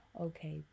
okay